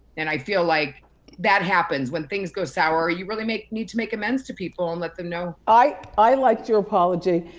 and i feel like that happens. when things go sour, you really need to make amends to people and let them know. i i liked your apology.